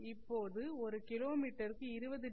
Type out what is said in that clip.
இப்போது ஒரு கிலோமீட்டருக்கு 20 டி